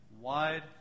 wide